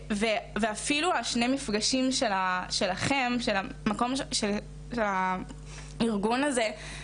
אפילו, שני המפגשים שלכם, של הארגון הזה,